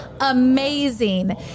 amazing